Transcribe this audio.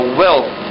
wealth